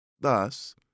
Thus